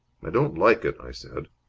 i don't like it, i said.